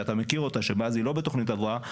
שאתה מכיר אותה שמאז היא לא בתוכנית הבראה,